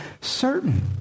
certain